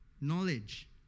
knowledge